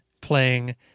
playing